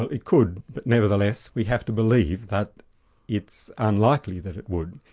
ah it could, but nevertheless, we have to belief that it's unlikely that it would.